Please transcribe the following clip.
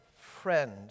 friend